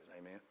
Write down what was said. Amen